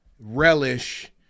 relish